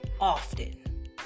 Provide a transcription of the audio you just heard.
often